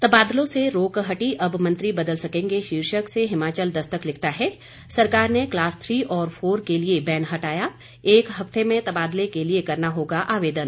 तबादलों से रोक हटी अब मंत्री बदल सकेंगे शीर्षक से हिमाचल दस्तक लिखता है सरकार ने क्लास थ्री और फोर के लिये बैन हटाया एक हफ्ते में तबादले के लिये करना होगा आवेदन